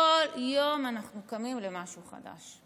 כל יום אנחנו קמים למשהו חדש.